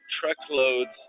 truckloads